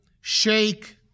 shake